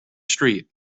street